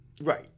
Right